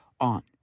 on